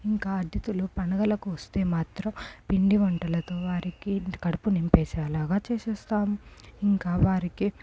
ఇంకా అతిథులు పండగలకు వస్తే మాత్రం పిండి వంటలతో వారికి కడుపు నింపేసే లాగా చేసేస్తాము ఇంకా వారికి